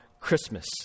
Christmas